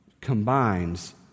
combines